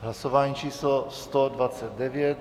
Hlasování číslo 129.